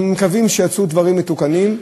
אנחנו מקווים שיצאו דברים מתוקנים,